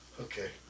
Okay